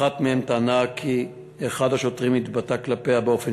אחת מהם טענה כי אחד השוטרים התבטא כלפיה באופן